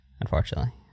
unfortunately